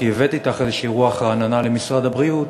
כי הבאת אתך איזו רוח רעננה למשרד הבריאות,